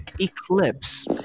eclipse